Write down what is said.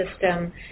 system